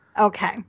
Okay